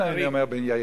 בן-ארי